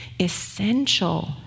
essential